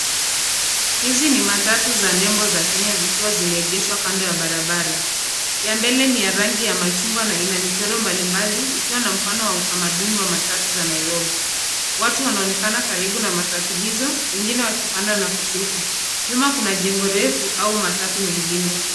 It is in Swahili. Hizi ni matatu za nembo za Kenya zikiwa zimeegeshwa kando ya barabara. Ya mbele ni ya rangi ya machungwa na ina michoro mbalimbali ikiwa na mfano wa utamaduni wa matatu za Nairobi. Watu wanaonekana karibu na matatu hizo wengine wakipanda na kushuka. Nyuma kuna jengo refu au matatu mengine.